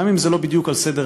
גם אם זה לא בדיוק על סדר-היום,